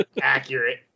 Accurate